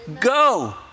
Go